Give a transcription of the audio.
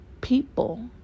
people